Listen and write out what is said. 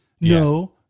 No